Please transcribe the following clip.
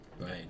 Right